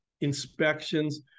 Inspections